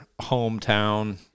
hometown